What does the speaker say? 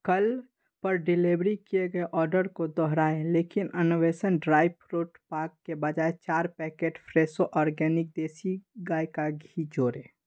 कल पर डिलीवरी किए गए ऑर्डर को दोहराएँ लेकिन अन्वेषण ड्राई फ्रूट पाक के बजाय चार पैकेट फ़्रेशो औरगैनिक देसी गाय का घी जोड़ें